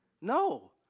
No